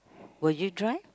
will you drive